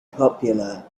popular